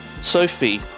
Sophie